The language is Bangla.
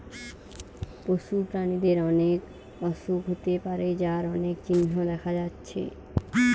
পশু প্রাণীদের অনেক অসুখ হতে পারে যার অনেক চিহ্ন দেখা যাচ্ছে